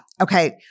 Okay